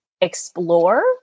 explore